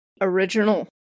original